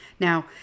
Now